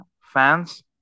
fans